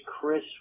Chris